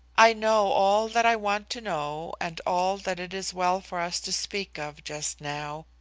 i know all that i want to know and all that it is well for us to speak of just now.